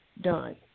done